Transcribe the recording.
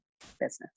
business